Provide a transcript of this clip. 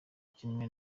kimwe